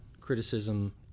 criticism